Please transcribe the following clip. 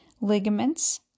ligaments